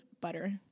butter